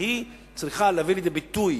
שהיא צריכה להביא לידי ביטוי